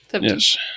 Yes